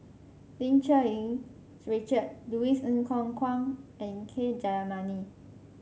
Lim Cherng Yih Richard Louis Ng Kok Kwang and K Jayamani